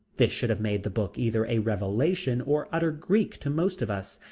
this should have made the book either a revelation or utter greek to most of us,